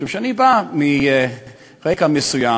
משום שאני בא מרקע מסוים,